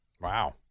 Wow